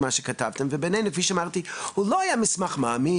אני קראתי את מה שכתבתם ובינינו הוא לא היה מסמך מעמיק,